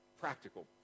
practical